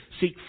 Seek